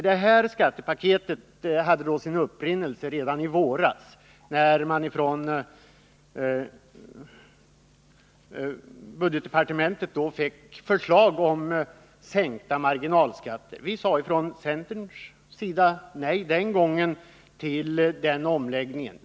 Det här skattepaketet fick sin upprinnelse redan i våras, när vi från budgetdepartementet fick förslag om sänkta marginalskatter. Vi sade från centerns sida den gången nej till omläggningen.